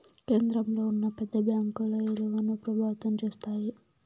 కేంద్రంలో ఉన్న పెద్ద బ్యాంకుల ఇలువను ప్రభావితం చేస్తాయి